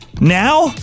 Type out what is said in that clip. Now